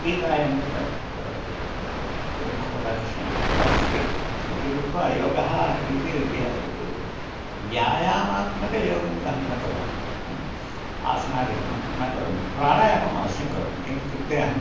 गीतायामेव भगवता कृष्णेन उक्तमस्ति इति कृत्वा योगः इति व्य् व्यायामात्योगं तु अहं न करोमि ह्म् आसनादिकं न करोमि प्राणायाममवश्यं करोमि किम् इत्युक्ते अहम्